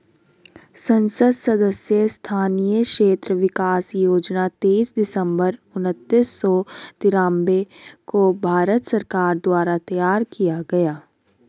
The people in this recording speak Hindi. संसद सदस्य स्थानीय क्षेत्र विकास योजना तेईस दिसंबर उन्नीस सौ तिरान्बे को भारत सरकार द्वारा तैयार किया गया